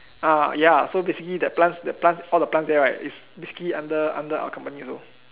ah ya so basically the plants the plants all the plants there right is basically under under our company also